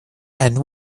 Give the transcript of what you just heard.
and